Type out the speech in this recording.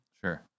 sure